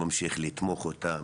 ממשיך לתמוך אותם,